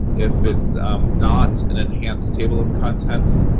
if it's not an enhanced table of contents,